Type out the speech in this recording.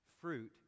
Fruit